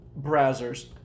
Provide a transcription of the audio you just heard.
Browsers